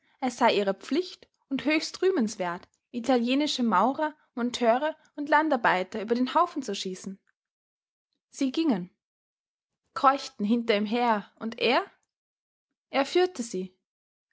es sei ihre pflicht und höchst rühmenswert italienische maurer monteure und landarbeiter über den haufen zu schießen sie gingen keuchten hinter ihm her und er er führte sie